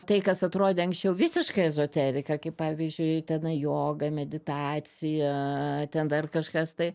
tai kas atrodė anksčiau visiškai ezoterika kaip pavyzdžiui tenai joga meditacija ten dar kažkas tai